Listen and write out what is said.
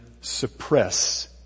suppress